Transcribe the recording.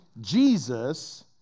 Jesus